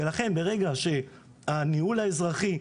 לכן ברגע שהניהול האזרחי,